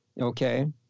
okay